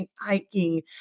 hiking